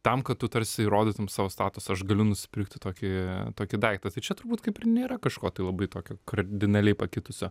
tam kad tu tarsi įrodytum savo statusą aš galiu nusipirkti tokį tokį daiktą tai čia turbūt kaip ir nėra kažko tai labai tokio kardinaliai pakitusio